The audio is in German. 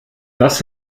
das